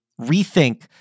rethink